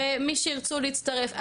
ומי שירצו להצטרף.